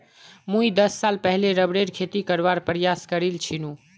मुई दस साल पहले रबरेर खेती करवार प्रयास करील छिनु